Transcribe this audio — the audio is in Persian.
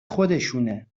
خودشونه